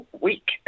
week